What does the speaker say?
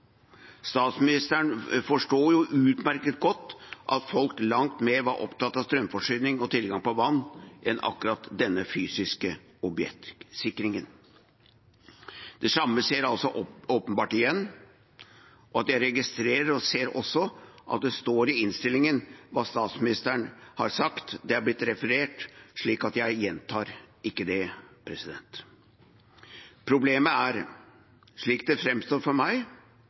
Statsministeren forsto jo utmerket godt at folk var langt mer opptatt av strømforsyning og tilgang på vann enn akkurat denne fysiske objektsikringen. Det samme skjer altså åpenbart igjen. Jeg registrerer og ser også at det står i innstillingen hva statsministeren har sagt – det har blitt referert, så jeg gjentar ikke det. Problemet er, slik det framstår for meg,